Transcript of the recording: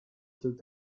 sul